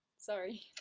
Sorry